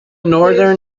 northern